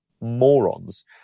morons